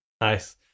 nice